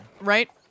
Right